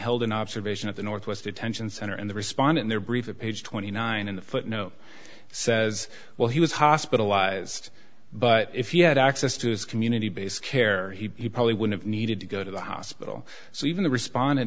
held an observation at the northwest detention center and the respondent there briefer page twenty nine in the footnote says well he was hospitalized but if he had access to his community based care he probably would have needed to go to the hospital so even the respond